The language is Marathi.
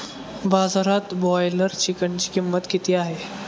बाजारात ब्रॉयलर चिकनची किंमत किती आहे?